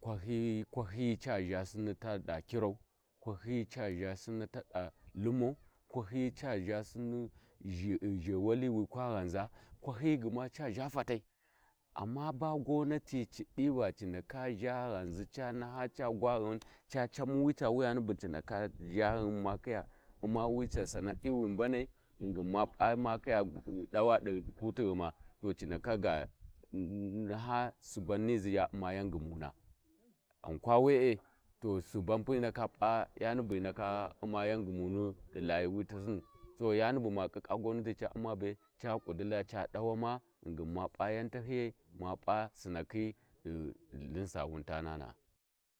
kwahiyi kwahiyi ca zha sinni tada Kirau, kwahi ca zha sinni tada zhewali wi kwa ghauza kwahiyi guna ca Zha fatai amma ba gwamati ci diva ci ndaka zha ghanza ca naha ca gwaghumu ca Camu wita wuyani bu ci ndaka zha ma kiya uma Sana'i wi mbanai ghingin ma p’a ma khiya dawa di Kutighughuma ci ndaka ga naha Subau niza ya uma ya ghumuna ghankwa wee to suban pu hi ndaka p'a yani buhi ndaka umma di layuwi tasinu to yani bu ma ƙiƙƙa gwannati ca uma bee ca k’udilla a dawama ghingin ma p’a yan tahiyai ghingin ma p’a sinnakhi di ithin sawun ta na’a.